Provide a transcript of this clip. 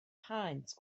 paent